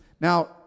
now